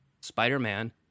Spider-Man